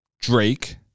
Drake